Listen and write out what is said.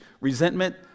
resentment